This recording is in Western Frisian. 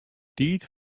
tiid